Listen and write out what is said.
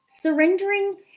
surrendering